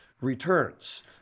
returns